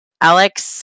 alex